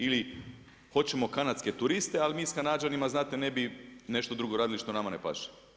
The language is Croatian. Ili hoćemo kanadske turiste, ali mi sa Kanađanima znate ne bi nešto drugo radili što nama ne paše?